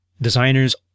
designers